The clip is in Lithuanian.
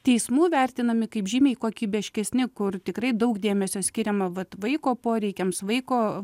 teismų vertinami kaip žymiai kokybiškesni kur tikrai daug dėmesio skiriama vat vaiko poreikiams vaiko